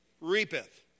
reapeth